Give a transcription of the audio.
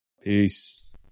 peace